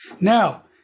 Now